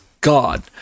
god